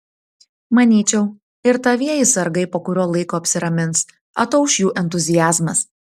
manyčiau ir tavieji sargai po kurio laiko apsiramins atauš jų entuziazmas